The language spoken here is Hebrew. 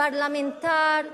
פרלמנטר מזוהה,